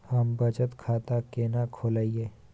हम बचत खाता केना खोलइयै?